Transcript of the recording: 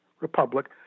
republic